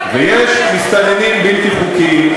ויש מסתננים בלתי חוקיים.